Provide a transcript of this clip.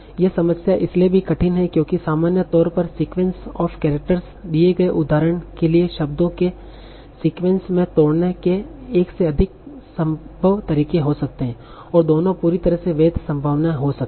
यह समस्या इसलिए भी कठिन है क्योंकि सामान्य तौर पर सीक्वेंस ऑफ़ कैरेक्टर्स दिए गए उच्चारण के लिए शब्दों के सीक्वेंस में तोड़ने के एक से अधिक संभव तरीके हो सकते हैं और दोनों पूरी तरह से वैध संभावनाएं हो सकती हैं